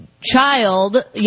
child